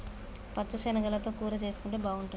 పచ్చ శనగలతో కూర చేసుంటే బాగుంటది